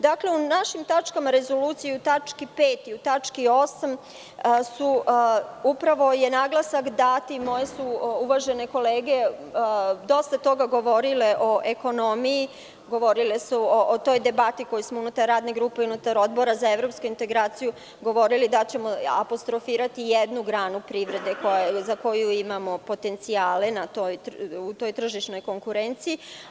Dakle, u našim tačkama rezolucije, u tački 5. i u tački 8. upravo je naglasak, moje uvažene kolege su dosta toga govorile o ekonomiji, o toj debati koju smo unutar radne grupe, unutar Odbora za evropske integracije, govorili da ćemo apostrofirati jednu granu privrede za koju imamo potencijale u toj tržišnoj konkurenciji.